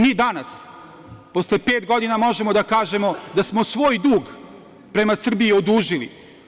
Mi danas, posle pet godina, možemo da kažemo da smo svoj dug prema Srbiji odužili.